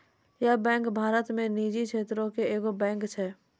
yes bank Bharat मे निजी क्षेत्रो के एगो बैंक छै